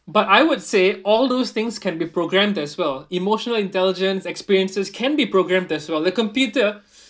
but I would say all those things can be programmed as well emotional intelligence experiences can be programmed as well the computer